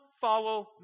follow